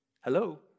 hello